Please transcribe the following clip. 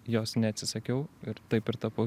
jos neatsisakiau ir taip ir tapau